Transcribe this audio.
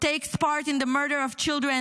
takes part in the murder of children,